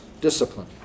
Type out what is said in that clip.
discipline